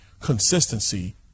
Consistency